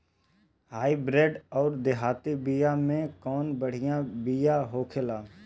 Hybrid अउर देहाती बिया मे कउन बढ़िया बिया होखेला?